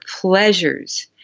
pleasures